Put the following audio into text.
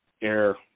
air